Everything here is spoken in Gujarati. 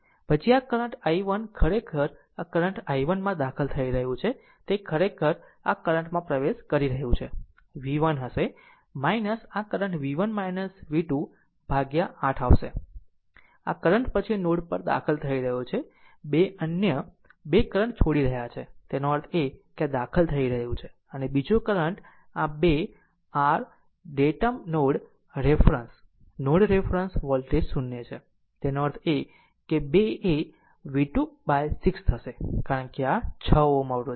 પછી આ કરંટ i1 ખરેખર આ કરંટ i1 માં દાખલ થઈ રહ્યું છે તે ખરેખર આ કરંટ માં પ્રવેશ કરી રહ્યું છે v 1 હશે આ current v1 v2 divided by 8 આવશે આ કરંટ પછી નોડ પર દાખલ થઈ રહ્યો છે 2 અન્ય 2 કરંટ છોડી રહ્યાં છે આનો અર્થ એ કે આ દાખલ થઈ રહ્યું છે અને બીજો કરંટ આ 2 2 r datum node reference node reference voltage 0 છે તેનો અર્થ એ કે આ 2 એv2 by 6 થશે કારણ કે આ 6 Ω છે